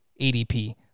ADP